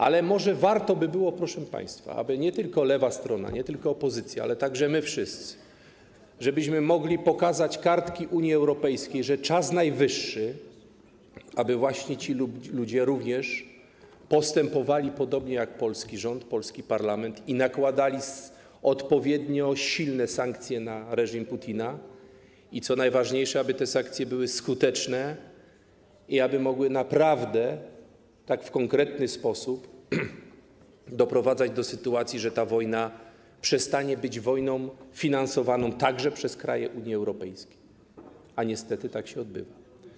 Ale może warto by było, proszę państwa, aby nie tylko lewa strona, nie tylko opozycja, ale także żebyśmy my wszyscy mogli pokazać kartki Unii Europejskiej, że czas najwyższy, aby właśnie ci ludzie również postępowali podobnie jak polski rząd, polski parlament i nakładali odpowiednio silne sankcje na reżim Putina, a co najważniejsze, aby te sankcje były skuteczne i mogły naprawdę, w konkretny sposób doprowadzić do sytuacji, że ta wojna przestanie być wojną finansowaną także przez kraje Unii Europejskiej, a niestety tak się to odbywa.